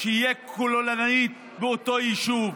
שזה יהיה כוללני באותו יישוב,